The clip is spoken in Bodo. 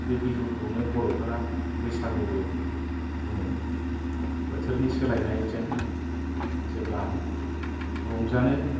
बे बिहुखौनो बर'फोरा बैसागुबो बुङो बोथोरनि सोलायनाय जों जेब्ला रंजानो